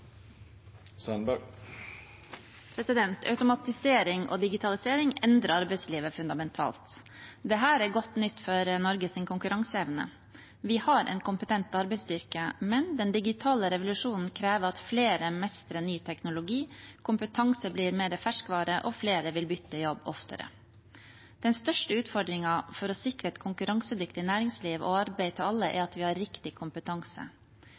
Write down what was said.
dato. Automatisering og digitalisering endrer arbeidslivet fundamentalt. Dette er godt nytt for Norges konkurranseevne. Vi har en kompetent arbeidsstyrke, men den digitale revolusjonen krever at flere mestrer ny teknologi, kompetanse blir mer ferskvare og flere vil bytte jobb oftere. Den største utfordringen for å sikre et konkurransedyktig næringsliv og arbeid til alle er at vi har riktig kompetanse.